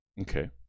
Okay